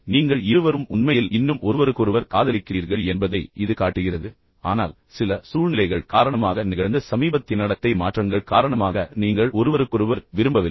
நீங்கள் இருவரும் உண்மையில் இன்னும் ஒருவருக்கொருவர் காதலிக்கிறீர்கள் என்பதை இது காட்டுகிறது ஆனால் சில சூழ்நிலைகள் காரணமாக நிகழ்ந்த சமீபத்திய நடத்தை மாற்றங்கள் காரணமாக நீங்கள் ஒருவருக்கொருவர் விரும்பவில்லை